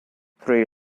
three